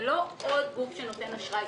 זה לא עוד גוף שנותן אשראי,